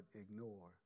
ignore